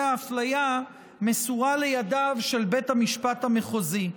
האפליה מסורה לידיו של בית המשפט המחוזי.